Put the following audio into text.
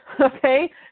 okay